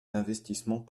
d’investissements